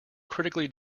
critically